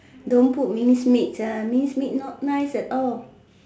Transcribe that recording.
don't put mince meat mince meat not nice at all